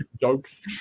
jokes